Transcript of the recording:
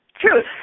truth